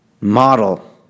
model